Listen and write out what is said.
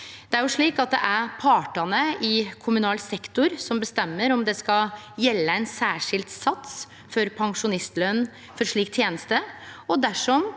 personell. Det er partane i kommunal sektor som bestemmer om det skal gjelde ein særskilt sats for pensjonistløn for slik teneste, og dersom